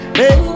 hey